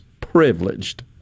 privileged